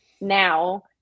now